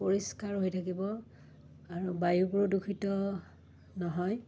পৰিষ্কাৰ হৈ থাকিব আৰু বায়ু প্ৰদূষিত নহয়